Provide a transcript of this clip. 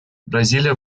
бразилия